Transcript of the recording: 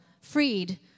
freed